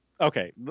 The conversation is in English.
Okay